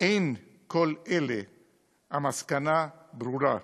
אין כל אלה המסקנה ברורה: